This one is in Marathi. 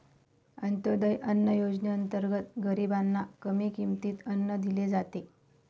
अंत्योदय अन्न योजनेअंतर्गत गरीबांना कमी किमतीत अन्न दिले जाते